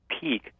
peak